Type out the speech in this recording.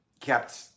kept